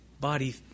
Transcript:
body